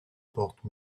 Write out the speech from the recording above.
porte